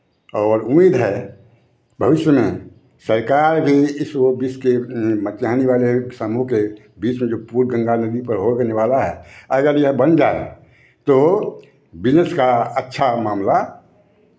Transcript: और उम्मीद है भविष्य में सरकार भी इस वो बिस के मटिहानी वाले समूह के बीच में जो पूल गंगा नदी पर हो बनने वाला है अगर यह बन जाए तो बिज़नेस का अच्छा मामला